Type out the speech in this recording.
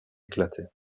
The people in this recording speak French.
éclatait